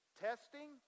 Testing